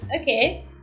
Okay